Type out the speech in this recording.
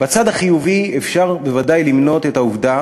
בצד החיובי אפשר בוודאי למנות את העובדה